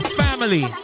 family